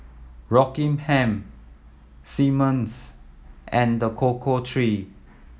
Rockingham Simmons and The Cocoa Trees